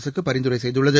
அரசுக்கு பரிந்துரை செய்துள்ளது